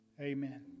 Amen